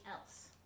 else